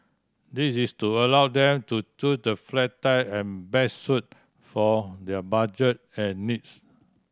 this is to allow them to choose the flat type and best suit for their budget and needs